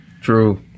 true